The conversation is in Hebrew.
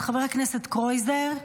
חבר הכנסת קרויזר,